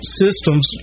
systems